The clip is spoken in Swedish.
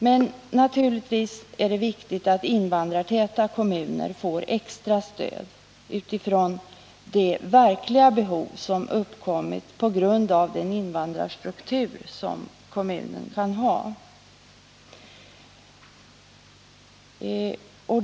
Det är naturligtvis viktigt att invandrartäta kommuner får extra stöd med hänsyn till de verkliga behov som uppkommit på grund av den invandrarstruktur som dessa kommuner kan ha.